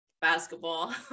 Basketball